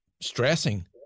stressing